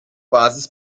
basis